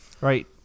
Right